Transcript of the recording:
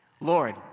Lord